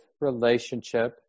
relationship